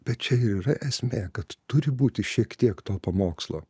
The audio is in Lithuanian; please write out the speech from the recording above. bet čia ir yra esmė kad turi būti šiek tiek to pamokslo